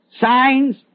signs